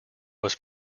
was